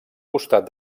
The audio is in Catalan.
costat